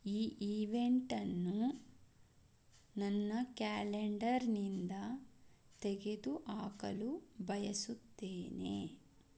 ಈ ಈವೆಂಟನ್ನು ನನ್ನ ಕ್ಯಾಲೆಂಡರ್ನಿಂದ ತೆಗೆದುಹಾಕಲು ಬಯಸುತ್ತೇನೆ